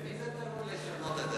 במי זה תלוי, לשנות?